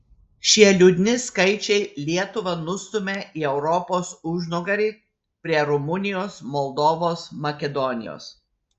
šie liūdni skaičiai lietuvą nustumia į europos užnugarį prie rumunijos moldovos makedonijos